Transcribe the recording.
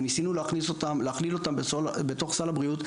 וניסינו להכליל אותן בתוך סל הבריאות.